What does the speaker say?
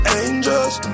angels